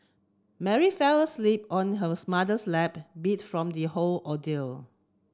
Mary fell asleep on her mother's lap beat from the whole ordeal